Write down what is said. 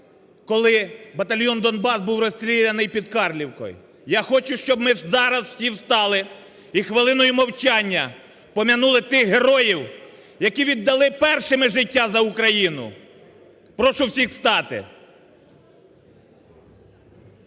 коли батальйон "Донбас" був розстріляний під Карлівкою. Я хочу, щоб ми зараз всі встали і хвилиною мовчання пом'янули тих героїв, які віддали першими життя за Україну. Прошу всіх встати.